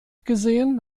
gesehen